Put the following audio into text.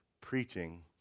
Preaching